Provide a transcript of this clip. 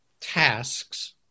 tasks